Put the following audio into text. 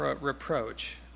reproach